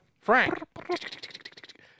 Frank